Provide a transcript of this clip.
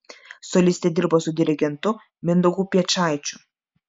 solistė dirbo su dirigentu mindaugu piečaičiu